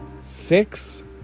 Six